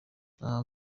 aha